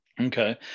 Okay